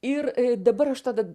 ir dabar aš tada